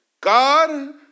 God